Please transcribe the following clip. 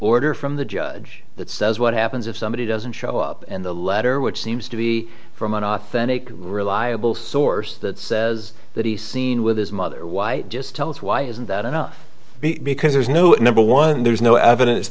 order from the judge that says what happens if somebody doesn't show up and the letter which seems to be from an authentic reliable source that says that he's seen with his mother why just tell us why isn't that enough because there's no number one there's no evidence